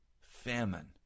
famine